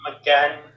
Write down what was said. again